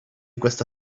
questa